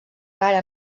cara